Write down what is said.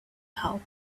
help